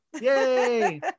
Yay